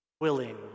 willing